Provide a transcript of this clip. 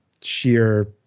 sheer